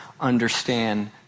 understand